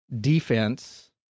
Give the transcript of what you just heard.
defense